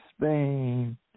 Spain